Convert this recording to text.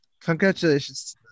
Congratulations